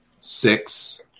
six